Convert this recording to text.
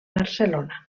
barcelona